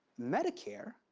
medicare,